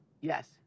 Yes